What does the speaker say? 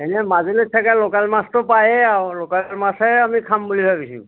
এনেই মাজুলীত চাগে লোকেল মাছটো পায়েই আৰু লোকেল মাছহে আমি খাম বুলি ভাবিছোঁ